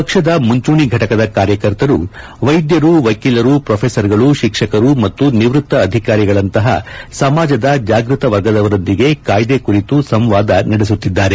ಪಕ್ಷದ ಮುಂಚೂಣಿ ಘಟಕದ ಕಾರ್ಯಕರ್ತರು ವೈದ್ಯರು ವಕೀಲರು ಪ್ರೊಫೆಸರ್ಗಳು ಶಿಕ್ಷಕರು ಮತ್ತು ನಿವೃತ್ತ ಅಧಿಕಾರಿಗಳಂತಹ ಸಮಾಜದ ಜಾಗ್ಬತ ವರ್ಗದವರೊಂದಿಗೆ ಕಾಯ್ದೆ ಕುರಿತು ಸಂವಾದ ನಡೆಸುತ್ತಿದ್ದಾರೆ